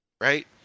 Right